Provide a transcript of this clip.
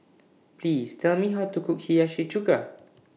Please Tell Me How to Cook Hiyashi Chuka